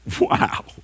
Wow